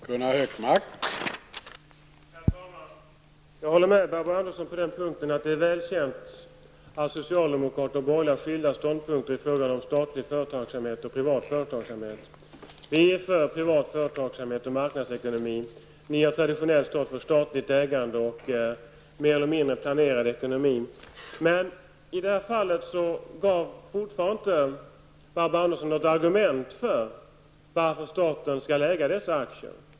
Herr talman! Jag håller med Barbro Andersson om att det är väl känt att socialdemokrater och borgerliga har skilda ståndpunkter i frågan om statlig företagsamhet och privat företagsamhet. Vi är för privat företagssamhet och marknadsekonomi. Ni har traditionellt stått för statligt ägande och mer eller mindre planerad ekonomi. Barbro Andersson har fortfarande inte givit något argument för varför staten i detta fall skall äga dessa aktier.